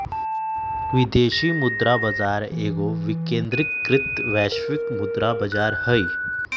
विदेशी मुद्रा बाजार एगो विकेंद्रीकृत वैश्विक मुद्रा बजार हइ